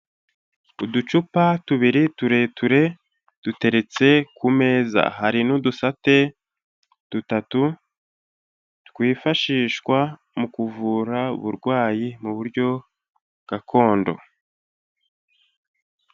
Uducupa tubiri tureture duteretse ku meza. Hari n'udusate dutatu twifashishwa mu kuvura uburwayi mu buryo gakondo.